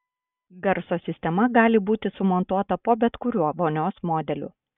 garso sistema gali būti sumontuota po bet kuriuo vonios modeliu